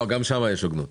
לא, גם שם יש הוגנות.